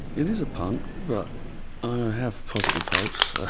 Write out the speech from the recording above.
it is a punt but i have positive hopes. i